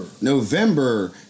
November